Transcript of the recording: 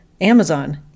Amazon